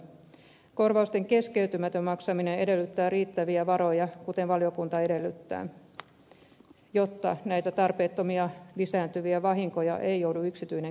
korvausten keskeytymätön maksaminen edellyttää riittäviä varoja kuten valiokunta edellyttää jotta näitä tarpeettomia lisääntyviä vahinkoja ei joudu yksityinen kärsimään